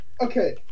Okay